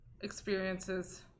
experiences